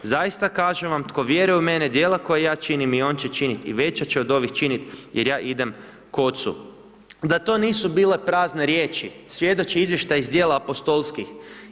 Zaista kažem vam, tko vjeruje u mene, djela koja ja činim i on će činit i veća će od ovih činit jer ja idem k Ocu.“ Da to nisu bile prazne riječi, svjedoči izvještaj iz dijela apostolskih.